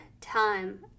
time